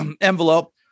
envelope